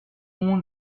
mood